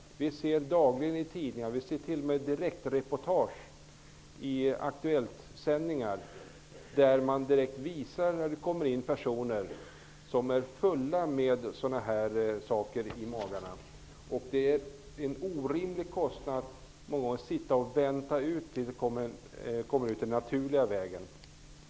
Dagligen kan vi i tidningar -- det förekommer t.o.m. direktreportage i Aktuelltsändningar i TV -- läsa om personer som har fullt med sådana här saker i sina magar. Det medför dock orimliga kostnader att så att säga sitta och vänta på att de här föremålen kommer ut den naturliga vägen.